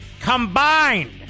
combined